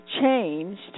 changed